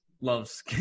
loves